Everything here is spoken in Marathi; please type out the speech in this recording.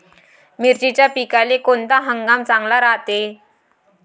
मिर्चीच्या पिकाले कोनता हंगाम चांगला रायते?